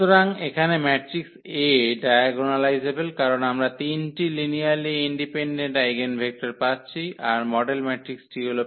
সুতরাং এখানে matrix A diagonalizable কারণ আমরা 3 টি লিনিয়ারলি ইন্ডিপেন্ডেন্ট আইগেনভেক্টর পাচ্ছি আর মডেল ম্যাট্রিক্সটি হল